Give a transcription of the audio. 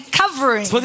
covering